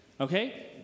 Okay